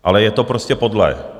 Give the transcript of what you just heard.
Ale je to prostě podlé.